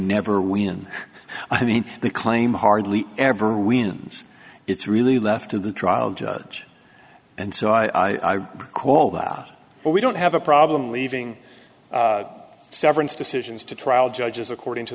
never win i mean the claim hardly ever wins it's really left to the trial judge and so i call that we don't have a problem leaving severance decisions to trial judges according to